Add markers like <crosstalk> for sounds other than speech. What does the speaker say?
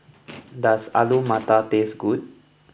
<noise> does Alu Matar taste good